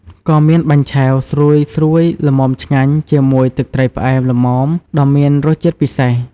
ក៏មាន បាញ់ឆែវ ស្រួយៗល្មមឆ្ងាញ់ជាមួយទឹកត្រីផ្អែមល្មមដ៏មានរសជាតិពិសេស។